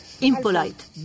Impolite